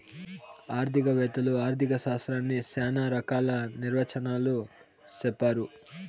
ఆర్థిక వేత్తలు ఆర్ధిక శాస్త్రాన్ని శ్యానా రకాల నిర్వచనాలు చెప్పారు